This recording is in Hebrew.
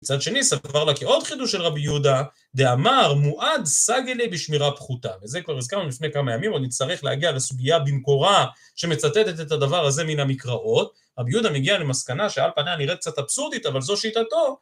מצד שני סבר לה כי עוד חידו של רבי יהודה דאמר מועד סגלי בשמירה פחותה וזה כבר הזכרנו לפני כמה ימים אני צריך להגיע לסוגיה במקורה שמצטטת את הדבר הזה מן המקראות רבי יהודה מגיע למסקנה שעל פניה נראית קצת אבסורדית אבל זו שיטתו